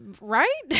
Right